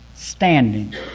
Standing